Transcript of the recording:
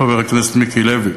חבר הכנסת מיקי לוי,